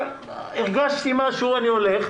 הרגשתי משהו אני הולך,